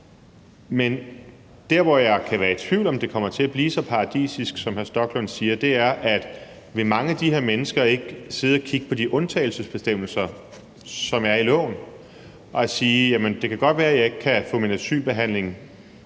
om det. Men jeg kan være i tvivl om, om det kommer til at blive så paradisisk, som hr. Rasmus Stoklund siger. For vil mange af de her mennesker ikke sidde og kigge på de undtagelsesbestemmelser, som er i loven, og sige: Jamen det kan godt være, at jeg ikke kan få min asylbehandling